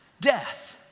death